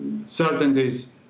certainties